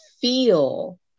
feel